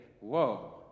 whoa